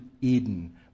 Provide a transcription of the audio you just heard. Eden